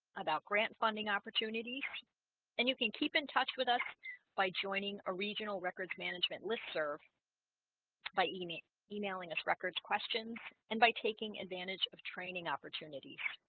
about grant funding opportunities and you can keep in touch with us by joining a regional records management listserv by emailing emailing us records questions and by taking advantage of training opportunities